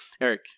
Eric